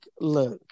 look